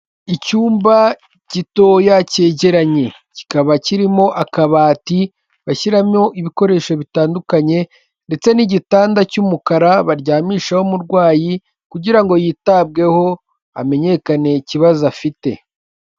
Icyumba gitoya cyegeranye, kikaba kirimo akabati bashyiramo ibikoresho bitandukanye ndetse n'igitanda cy'umukara baryamishaho umurwayi kugira ngo yitabweho hamenyekane ikibazo afite.